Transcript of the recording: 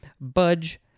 budge